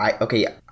Okay